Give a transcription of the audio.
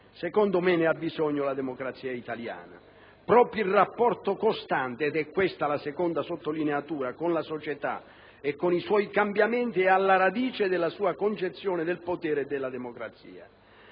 secondo me ne ha bisogno la democrazia italiana. Proprio il rapporto costante - ed è questa la seconda sottolineatura - con la società e con i suoi cambiamenti è alla radice della sua concezione del potere e della democrazia.